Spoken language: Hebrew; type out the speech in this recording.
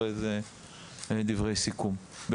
את ה-׳סיירת הירוקה׳ ולאחר מכן אסכם.